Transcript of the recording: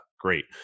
great